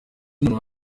umuntu